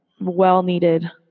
well-needed